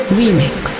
remix